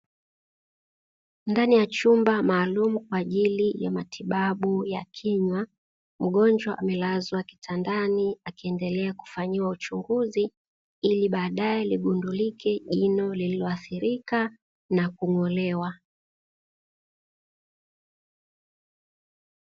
Ndani ya chumba maalumu kwa ajili ya matibabu ya kinywa, mgonjwa amelazwa kitandani akiendelea kufanyiwa uchunguzi ili baadae ligundulike jino lililoathirika na kung'olewa.